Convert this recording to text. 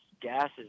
gases